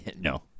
no